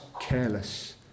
careless